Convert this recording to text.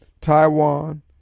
Taiwan